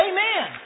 Amen